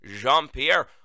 Jean-Pierre